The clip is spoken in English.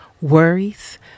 worries